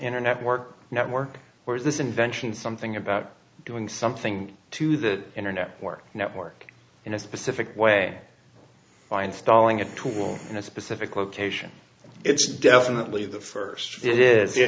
internet work network or is this invention something about doing something to the internet or network in a specific way find stalling a tool in a specific location it's definitely the first it is